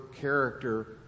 character